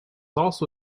also